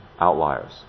outliers